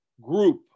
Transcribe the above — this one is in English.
group